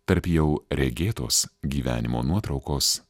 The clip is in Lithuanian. tarp jau regėtos gyvenimo nuotraukos